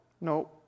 no